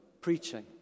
preaching